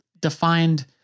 defined